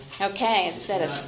Okay